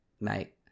Mate